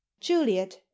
Juliet